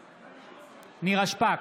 בעד נירה שפק,